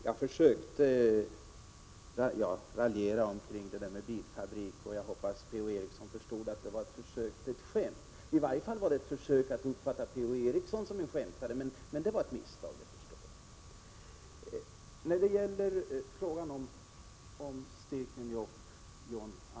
Jag försökte raljera om det här med bilfabriker och hoppades att Per-Ola Eriksson förstod att det var ett försök till skämt. I varje fall var det ett försök att uppfatta Per-Ola Eriksson som en skämtare, men det var ett misstag, förstår jag. Sedan till John Andersson om Stekenjokk.